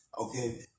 Okay